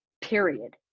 period